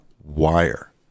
wire